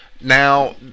Now